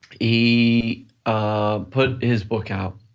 he ah put his book out,